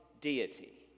deity